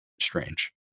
strange